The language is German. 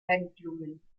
handlungen